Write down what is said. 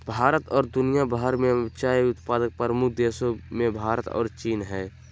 भारत और दुनिया भर में चाय उत्पादन प्रमुख देशों मेंभारत और चीन हइ